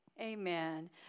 Amen